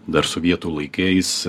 dar sovietų laikais